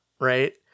right